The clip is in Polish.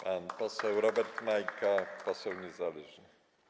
Pan poseł Robert Majka, poseł niezależny.